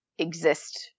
exist